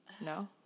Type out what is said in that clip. No